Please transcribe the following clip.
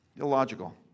illogical